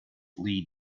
lee